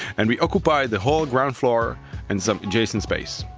and we occupied the whole ground floor and some adjacent space.